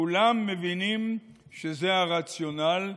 כולם מבינים שזה הרציונל.